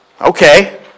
Okay